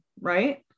right